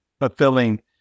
fulfilling